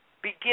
begin